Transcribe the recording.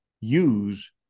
use